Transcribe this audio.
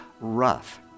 rough